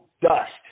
dust